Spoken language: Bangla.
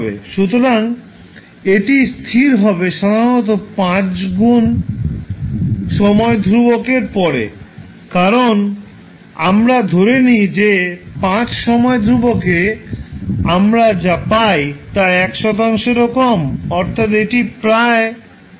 সুতরাং এটি স্থির হবে সাধারণত 5 গুণ সময় ধ্রুবকের পরে কারণ আমরা ধরে নিই যে 5 সময় ধ্রুবক এ আমরা যা পাই তা 1 শতাংশেরও কম অর্থাৎ এটি প্রায় 0 মানের কাছাকাছি স্থায়ী হয়